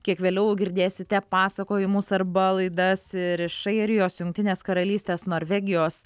kiek vėliau girdėsite pasakojimus arba laidas ir iš airijos jungtinės karalystės norvegijos